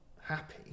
happy